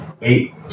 eight